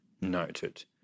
noted